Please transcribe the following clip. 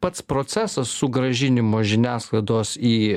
pats procesas sugrąžinimo žiniasklaidos į